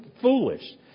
foolish